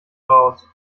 raus